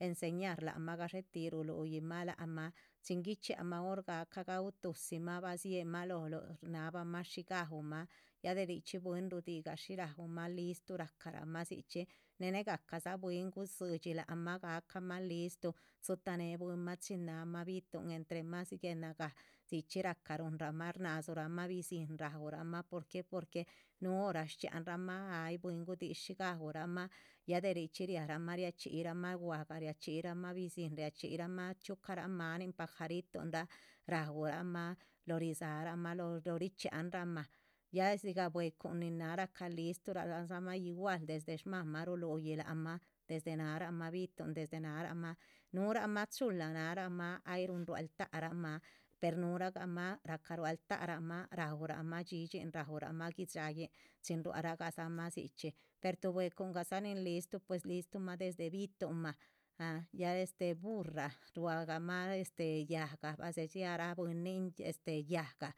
enseñar lama gasheti ruluima lama chi'n guichianma or gaca ga'uhma tusima va siama lolu shanabama shi ga'uhma ya derichi bwin rudi shí ga'uhma listu racama sxhichi me negacaza bwin guxhidxi lama gacama listu txitané bwin lama chi'n nama bitu'n, entre más guenaga dxichi raca runrama'a sxnasurama bizihn ga'uhrama porque porque nu hora xchianrama hay bwin gudi shi gaurama ya derichi riarama riacxhirama gwahga, bizihn riacxhirama chiuca man'in pajaritunra ra'urama lo rizarama lo richianrama ya siga buecun, nina'a raca listrurama igual desde sxmama, ruluy lama'a desde narama bitu'n, desde narama, nurama chula narama hay run rualtarama, per nuragama raca rualtarama, ra'urama dxidxin, ra'urama guidxallin, chin ruaragasama xhichi per rubí buecungazaa nin listu pues listuma desde vitunma, ha ya burra ruagama yaga va sedxiara bwinin yaga.